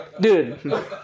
dude